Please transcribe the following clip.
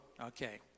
Okay